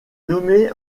nommée